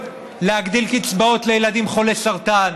להגדיל קצבאות לילדים חולי סרטן,